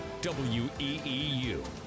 WEEU